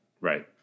right